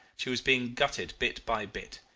she was being gutted bit by bit.